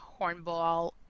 hornball